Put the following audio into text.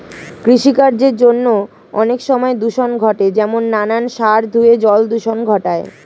কৃষিকার্যের জন্য অনেক সময় দূষণ ঘটে যেমন নানান সার ধুয়ে জল দূষণ ঘটায়